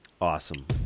Awesome